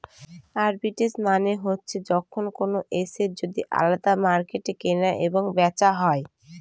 arbitrage মানে হচ্ছে যখন কোনো এসেট যদি আলাদা মার্কেটে কেনা এবং বেচা হয়